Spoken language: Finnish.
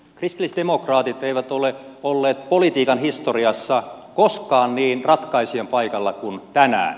kristillisdemokraatit eivät ole olleet politiikan historiassa koskaan niin ratkaisijan paikalla kuin tänään